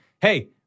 Hey